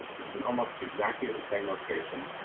it's an almost exactly the same location.